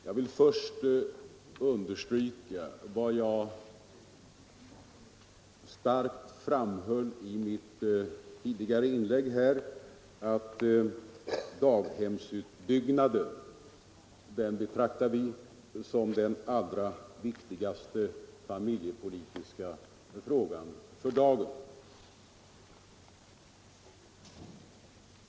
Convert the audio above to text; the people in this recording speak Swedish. Jag vill först understryka — det framhöll jag också starkt i mitt tidigare inlägg — att daghemsutbyggnaden betraktar vi som den allra viktigaste familjepolitiska frågan för dagen.